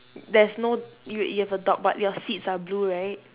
there's no you you have a dog but your seats are blue right